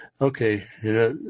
Okay